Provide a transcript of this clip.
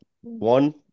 One